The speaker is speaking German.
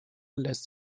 lässt